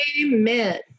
Amen